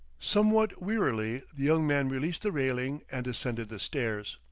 somewhat wearily the young man released the railing and ascended the stairs.